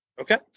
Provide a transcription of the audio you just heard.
Okay